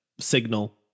signal